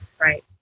Right